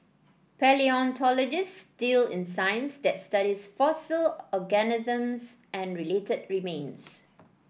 palaeontologists deal in science that studies fossil organisms and related remains